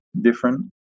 different